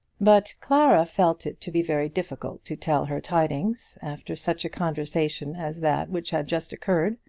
but clara felt it to be very difficult to tell her tidings after such a conversation as that which had just occurred.